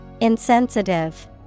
Insensitive